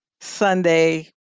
Sunday